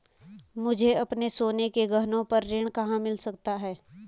मुझे अपने सोने के गहनों पर ऋण कहाँ मिल सकता है?